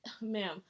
Ma'am